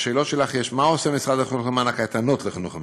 בשאלות שלך יש: מה עושה משרד החינוך למען הקייטנות לחינוך המיוחד?